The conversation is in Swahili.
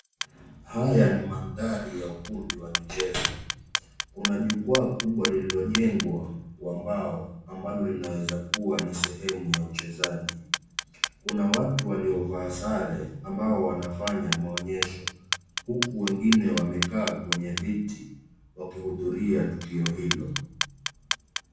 Haya ni mandhari ya ukumbi wa michezo. Kuna jukwaa kubwa lililojengwa kwa mbao ambalo linaweza kuwa ni sehemu ya uchezaji. Kuna watu waliovaa sare ambao wanafanya maonyesho huku wengine wamekaa kwenye viti wakihudhuria tukio hilo.